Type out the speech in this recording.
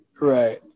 right